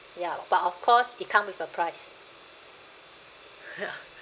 ya but of course it come with a price